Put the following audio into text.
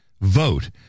vote